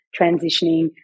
transitioning